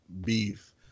Beef